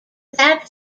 that